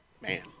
Man